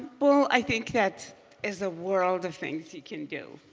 but well, i think that is a world thing you can do.